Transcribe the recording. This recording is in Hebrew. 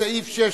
וסעיף 6,